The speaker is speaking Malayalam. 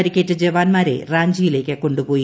പരിക്കേറ്റ ജവാന്മാരെ റാഞ്ചിയിലേക്ക് കൊണ്ടു പോയി